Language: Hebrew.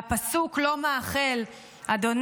והפסוק "ה'